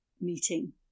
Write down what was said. meeting